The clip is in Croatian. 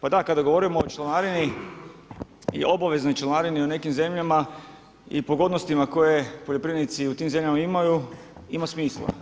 Pa da kada govorimo o članarini i obaveznoj članarini u nekim zemljama i pogodnostima koje poljoprivrednici u tim zemljama imaju ima smisla.